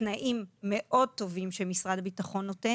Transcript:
בתנאים מאוד טובים, שמשרד הביטחון נותן